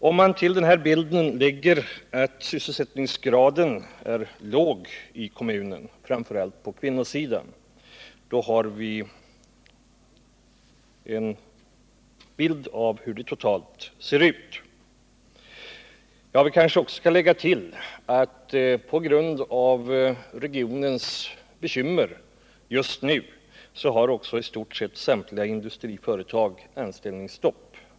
Om man till bilden lägger att sysselsättningsgraden är låg i kommunen och då framför allt på kvinnosidan, så får vi en bild av den totala situationen. Som en följd av regionens bekymmer just nu har i stort sett samtliga industriföretag anställningsstopp.